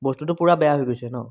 বস্তুটো পূৰা বেয়া হৈ গৈছে ন